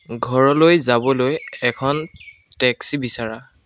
ঘৰলৈ যাবলৈ এখন টেক্সি বিচাৰা